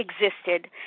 existed